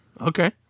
okay